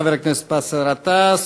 חבר הכנסת באסל גטאס,